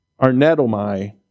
arnetomai